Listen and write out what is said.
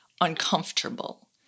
uncomfortable